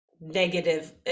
negative